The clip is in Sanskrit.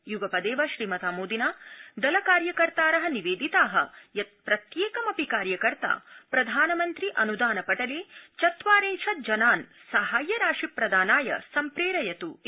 य्गपदेव श्रीमता मोदिना दल कार्यकर्तार निवेदिता यत् प्रत्येकमपि कार्यकर्त्ता प्रधानमन्त्रि अन्दान पटले चत्वारिंशत् जनान् साहाय्य राशि प्रदानाय सम्प्रेरयत् इति